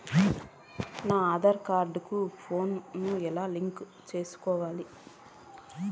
నా ఆధార్ కార్డు కు ఫోను ను ఎలా లింకు సేసుకోవాలి?